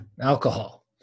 alcohol